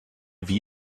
wie